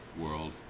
world